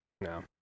no